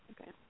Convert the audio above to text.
okay